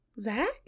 Zach